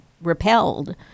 repelled